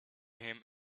him